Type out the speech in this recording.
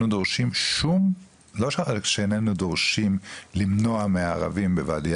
לא רק שאיננו דורשים למנוע מהערבים בוואדי